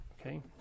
Okay